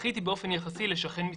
זכיתי באופן יחסי לשכן מתחשב.